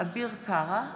אביר קארה,